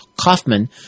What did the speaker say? Kaufman